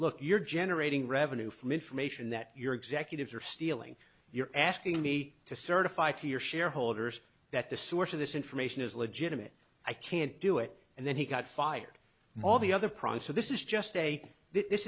look you're generating revenue from information that your executives are stealing you're asking me to certify to your shareholders that the source of this information is legitimate i can't do it and then he got fired all the other price so this is just a this